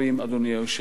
אדוני היושב-ראש.